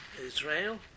Israel